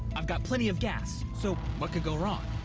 i've got plenty of gas, so what could go wrong?